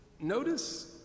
notice